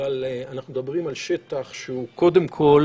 אבל אנחנו מדברים על שטח שהוא קודם כול